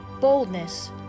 boldness